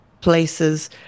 places